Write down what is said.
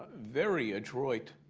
very adroit